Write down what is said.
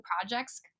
projects